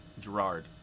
Gerard